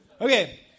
Okay